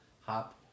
hop